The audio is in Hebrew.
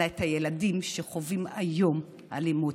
אלא את הילדים שחווים היום אלימות.